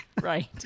right